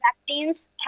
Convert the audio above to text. vaccines